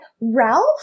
ralph